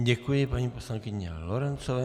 Děkuji paní poslankyni Lorencové.